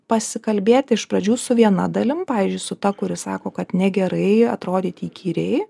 pasikalbėt iš pradžių su viena dalim pavyzdžiui su ta kuri sako kad negerai atrodyti įkyriai